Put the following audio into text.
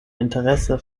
interesse